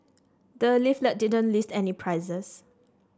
the leaflet didn't list any prices